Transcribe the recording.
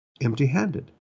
empty-handed